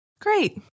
Great